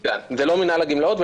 זה לא מינהל הגמלאות,